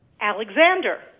Alexander